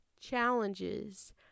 challenges